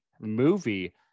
movie